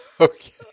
Okay